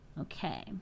Okay